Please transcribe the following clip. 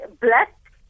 black